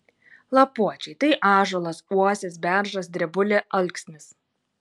lapuočiai tai ąžuolas uosis beržas drebulė alksnis